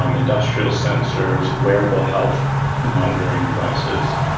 um industrial sensors, wearable health monitoring devices,